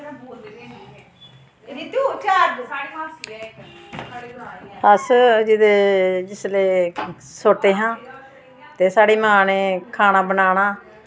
अस जिसलै सुत्ते हा ते साढ़ी मां नै खाना बनाना